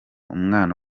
umwana